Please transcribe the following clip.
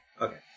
Okay